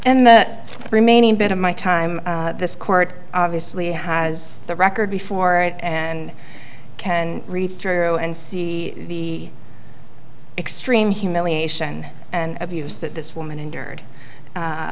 in the remaining bit of my time this court obviously has the record before it and can read through and see the extreme humiliation and abuse that this woman endured